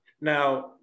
Now